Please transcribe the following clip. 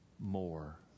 more